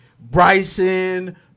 Bryson